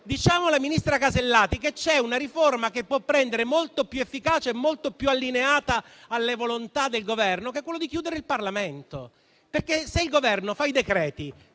diciamo alla ministra Alberti Casellati che c'è una riforma che può rendere molto più efficace e molto più allineati alle volontà del Governo, che è quella di chiudere il Parlamento. Se l'Esecutivo emana i decreti-legge,